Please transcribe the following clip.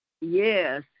Yes